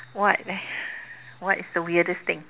what eh what is the weirdest thing